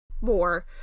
more